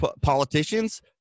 politicians